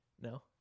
No